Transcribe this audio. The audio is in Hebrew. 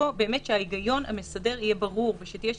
שההיגיון המסדר יהיה ברור ושתהיה שקיפות,